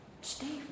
Steve